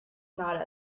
not